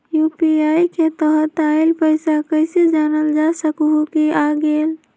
UPI के तहत आइल पैसा कईसे जानल जा सकहु की आ गेल?